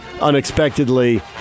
unexpectedly